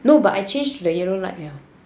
no but I changed the yellow light 了